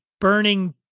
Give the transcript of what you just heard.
burning